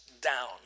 down